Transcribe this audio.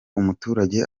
umuturage